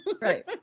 Right